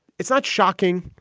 it's not shocking.